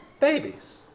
babies